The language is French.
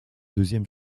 deuxième